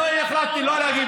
אני החלטתי לא להגיב,